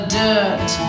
dirt